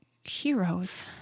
heroes